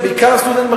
בעיקר הסטודנטים,